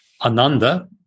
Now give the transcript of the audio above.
Ananda